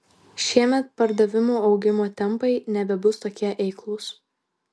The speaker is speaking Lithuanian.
šiemet pardavimų augimo tempai nebebus tokie eiklūs